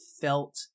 felt